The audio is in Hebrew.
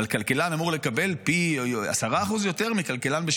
אבל כלכלן אמור לקבל 10% יותר מכלכלן אחר